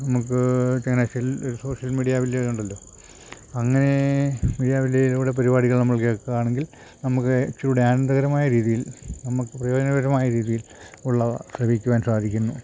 നമുക്ക് ചങ്ങനാശ്ശേരിയിൽ ഒരു സോഷ്യൽ മീഡിയ വലിയ ഇതുണ്ടല്ലോ അങ്ങനെ മീഡിയായിൽ ഇത്പോലെ പരിപാടികൾ നമ്മൾ കേൾക്കാണമെങ്കിൽ നമുക്ക് ഇച്ചിരൂടെ ആനന്ദകരമായ രീതിയിൽ നമുക്ക് പ്രയോജനകരമായ രീതിയിൽ ഉള്ള ശ്രവിക്കുവാൻ സാധിക്കുന്നു